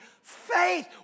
faith